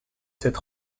cette